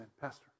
Pastor